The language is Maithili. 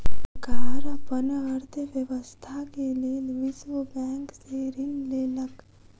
सरकार अपन अर्थव्यवस्था के लेल विश्व बैंक से ऋण लेलक